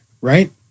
Right